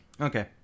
Okay